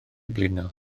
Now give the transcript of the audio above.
blino